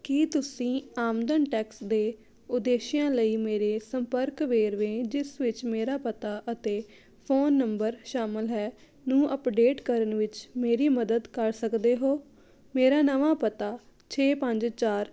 ਕੀ ਤੁਸੀਂ ਆਮਦਨ ਟੈਕਸ ਦੇ ਉਦੇਸ਼ਾਂ ਲਈ ਮੇਰੇ ਸੰਪਰਕ ਵੇਰਵੇ ਜਿਸ ਵਿੱਚ ਮੇਰਾ ਪਤਾ ਅਤੇ ਫੋਨ ਨੰਬਰ ਸ਼ਾਮਲ ਹੈ ਨੂੰ ਅਪਡੇਟ ਕਰਨ ਵਿੱਚ ਮੇਰੀ ਮਦਦ ਕਰ ਸਕਦੇ ਹੋ ਮੇਰਾ ਨਵਾਂ ਪਤਾ ਛੇ ਪੰਜ ਚਾਰ